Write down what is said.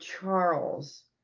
Charles